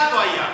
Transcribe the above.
אחד לא היה,